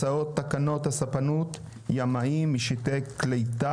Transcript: הצעות תקנות הספנות (ימאים) (משיטי כלי שיט